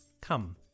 Come